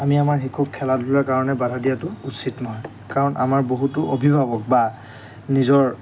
আমি আমাৰ শিশুক খেলা ধূলাৰ কাৰণে বাধা দিয়াটো উচিত নহয় কাৰণ আমাৰ বহুতো অভিভাৱক বা নিজৰ